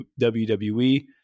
WWE